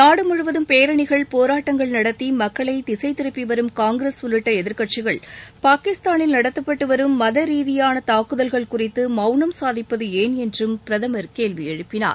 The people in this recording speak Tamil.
நாடு முழுவதும் பேரணிகள் போராட்டங்கள் நடத்தி மக்களை திசைத் திருப்பி வரும் காங்கிரஸ் உள்ளிட்ட எதிர்க்கட்சிகள் பாகிஸ்தானில் நடத்தப்பட்டு வரும் மத ரீதியான தாக்குதல்கள் குறித்து மௌனம் சாதிப்பது ஏன் என்றும் பிரதமர் கேள்வி எழுப்பினார்